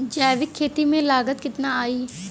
जैविक खेती में लागत कितना आई?